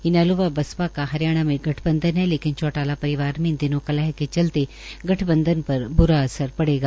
इनैलो व बासपा का हरियाणा में गठबंधन है लेकिन चौटाला परिवार मे इन दिनों कलह के चलते गठबंधन पर ब्रा अवसर पड़ेगा